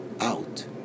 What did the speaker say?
out